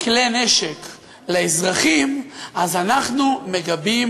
כלי נשק לאזרחים, אנחנו מגבים